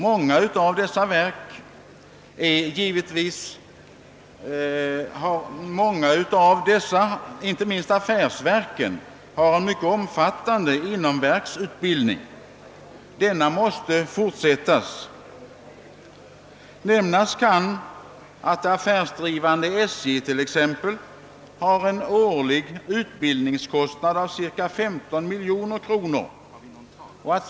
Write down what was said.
Många av dessa — inte minst de affärsdrivande verken — har en mycket omfattande inomverksutbildning, som måste fortsättas. Nämnas kan att det affärsdrivande SJ har en årlig utbildningskostnad på cirka 15 miljoner kronor.